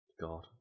god